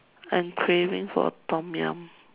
I'm craving for Tom-Yum